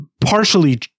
partially